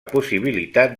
possibilitat